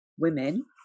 Women